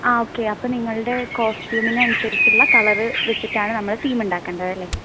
ആ ഓക്കെ അപ്പോൾ നിങ്ങളുടെ കോസറ്റ്യൂമിനനുസരിച്ചുള്ള കളർ വെച്ചിട്ടാണ് നമ്മൾ തീം ഉണ്ടാക്കേണ്ടത് അല്ലേ